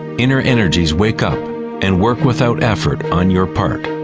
inner energies wake up and work without effort on your part.